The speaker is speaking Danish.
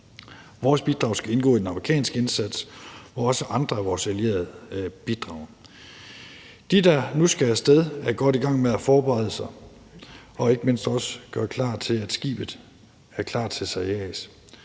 Vores bidrag skal indgå i den amerikanske indsats, og også andre af vores allierede bidrager. De, der nu skal af sted, er godt i gang med at forberede sig og ikke mindst med også at gøre skibet klar til sejlads.